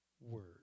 word